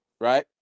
Right